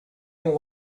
and